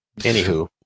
Anywho